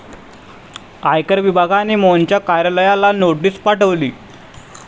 आयकर विभागाने मोहनच्या कार्यालयाला नोटीस पाठवली